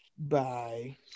Bye